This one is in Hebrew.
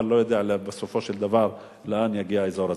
אבל לא ידוע בסופו של דבר לאן יגיע האזור הזה.